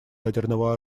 ядерного